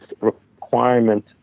requirement